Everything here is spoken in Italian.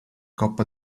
coppa